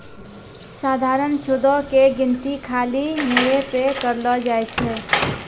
सधारण सूदो के गिनती खाली मूरे पे करलो जाय छै